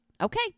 okay